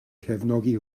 cefnogi